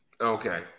Okay